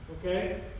Okay